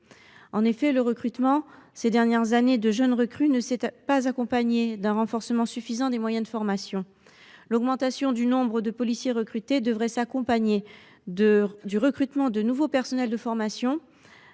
En effet, le recrutement au cours de ces dernières années de jeunes policiers ne s’est pas accompagné d’un renforcement suffisant des moyens de formation. L’augmentation du nombre de policiers recrutés devrait s’accompagner du recrutement de nouveaux personnels de formation,